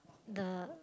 the